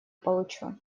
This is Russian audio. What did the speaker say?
получу